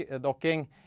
docking